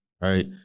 right